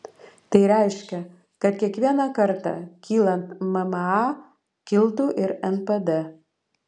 tai reiškia kad kiekvieną kartą kylant mma kiltų ir npd